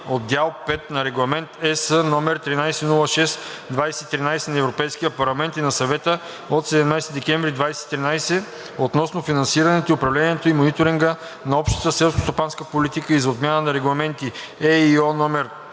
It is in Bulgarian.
от Дял V на Регламент (ЕС) № 1306/2013 на Европейския парламент и на Съвета от 17 декември 2013 г. относно финансирането, управлението и мониторинга на общата селскостопанска политика и за отмяна на регламенти (ЕИО) №